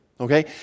okay